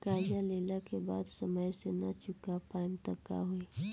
कर्जा लेला के बाद समय से ना चुका पाएम त का होई?